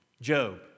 Job